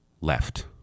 left